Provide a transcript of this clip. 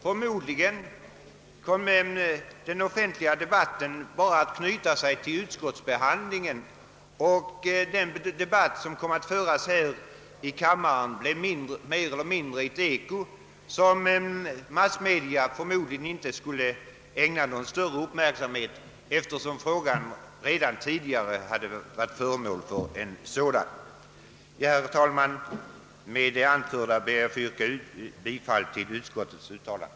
Förmodligen skulle den offentliga debatten bara knytas till utskottsbehandlingen, och debatterna i kamrarna skulle bli mer eller mindre ett eko, som massmedia inte skulle ägna någon större uppmärksamhet, eftersom frågorna redan tidigare varit föremål för offentlig behandling. Herr talman! Med det anförda ber jag att få yrka bifall till utskottets utlåtande.